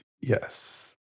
Yes